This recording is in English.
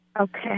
Okay